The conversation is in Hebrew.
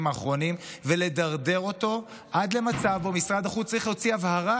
האחרונים ולדרדר אותו עד למצב שבו משרד החוץ צריך להוציא הבהרה